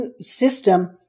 system